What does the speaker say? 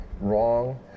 wrong